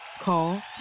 Call